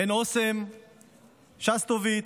הן אוסם, שסטוביץ,